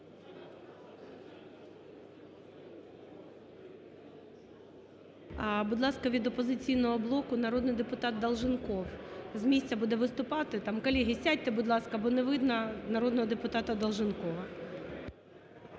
Будь ласка, від "Опозиційного блоку" народний депутат Долженков з місця буде виступати. Там колеги, сядьте, будь ласка, бо не видно народного депутата Долженкова.